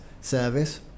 service